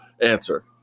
answer